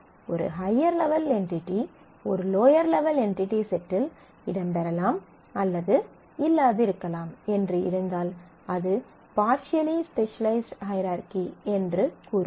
ஆனால் ஒரு higher level entity ஒரு லோயர் லெவல் என்டிடி செட்டில் இடம்பெறலாம் அல்லது இல்லாதிருக்கலாம் என்று இருந்தால் அது பார்சியலி ஸ்பெசலைஸ்ட் ஹையரார்கீ என்று கூறுவோம்